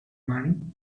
money